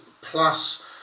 plus